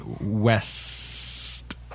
west